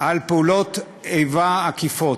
על פעולות איבה עקיפות.